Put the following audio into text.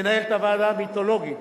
מנהלת הוועדה המיתולוגית,